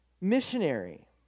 missionary